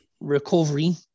recovery